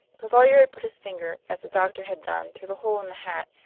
the lawyer had put his finger, as the doctor had done, through the hole in the hat,